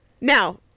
now